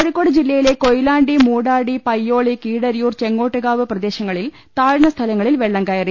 കോഴിക്കോട് ജില്ലയിലെ കൊയിലാണ്ടി മൂടാടി പയ്യോളി കീഴരിയൂർ ചെങ്ങോട്ടുകാവ് പ്രദേശങ്ങളിൽ താഴ്ന്ന സ്ഥലങ്ങളിൽ വെള്ളംകയറി